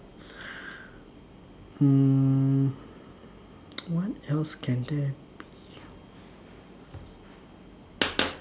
hmm what else can there be